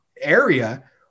area